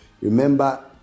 remember